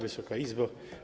Wysoka Izbo!